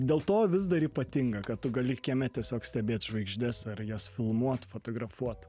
dėl to vis dar ypatinga kad tu gali kieme tiesiog stebėt žvaigždes ar jas filmuot fotografuot